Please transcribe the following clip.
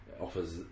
offers